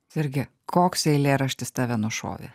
virgi koks eilėraštis tave nušovė